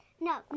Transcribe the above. no